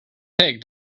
take